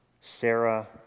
Sarah